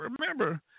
remember